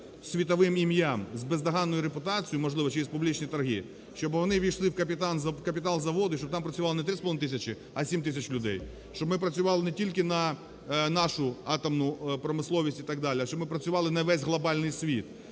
світовим ім'ям, з бездоганною репутацією, можливо, через публічні торги, щоби вони увійшли в капітал заводу і щоб там працювало не 3,5 тисячі, а 7 тисяч людей. Щоб ми працювали не тільки на нашу атомну промисловість і так далі, а щоб ми працювали на весь глобальний світ.